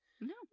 No